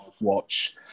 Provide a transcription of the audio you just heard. watch